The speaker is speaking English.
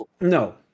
no